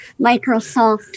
Microsoft